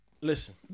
listen